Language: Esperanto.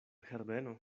herbeno